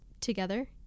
together